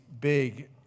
big